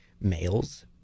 males